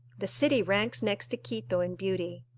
the city ranks next to quito in beauty.